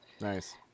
Nice